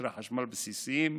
מוצרי חשמל בסיסיים,